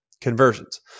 conversions